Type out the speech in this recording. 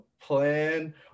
plan